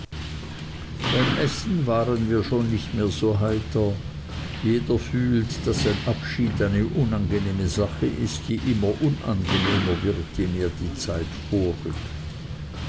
beim essen waren wir schon nicht mehr so heiter jeder fühlte daß ein abschied eine unangenehme sache ist die immer unangenehmer wird je mehr die zeit vorrückt